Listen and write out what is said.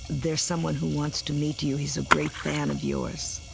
there's someone who wants to meet you, he's a great fan of yours.